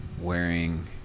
wearing